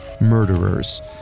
murderers